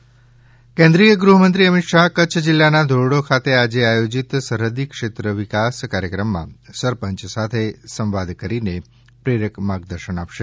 અમિત શાહ્ કેન્દ્રીય ગૃહમંત્રી અમિત શાહ કચ્છ જીલ્લાના ધીરડી ખાતે આજે આયોજીત સરહદી ક્ષેત્ર વિકાસ કાર્યક્રમમાં સરપંચ સાથે સંવાદ કરીને પ્રેરક માર્ગદર્શન આપશે